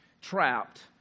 trapped